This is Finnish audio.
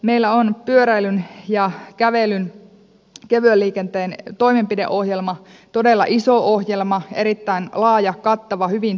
meillä on pyöräilyn ja kävelyn kevyen liikenteen toimenpideohjelma todella iso ohjelma erittäin laaja kattava hyvin tehty